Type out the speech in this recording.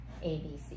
ABC